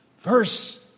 Verse